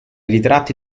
ritratti